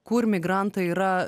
kur migrantai yra